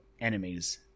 enemies